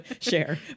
share